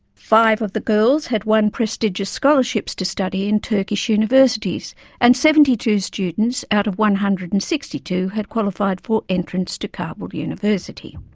five of the girls had won prestigious scholarships to study in turkish universities and seventy-two students out of one hundred and sixty-two had qualified for entrance to kabul university.